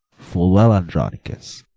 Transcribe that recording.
full well, andronicus,